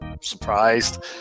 surprised